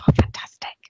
fantastic